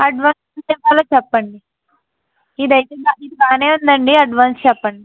advance ఎంత ఇవ్వాలో చెప్పండి ఇది అయితే బాన బాగా ఉందండి అడ్వాన్స్ చెప్పండి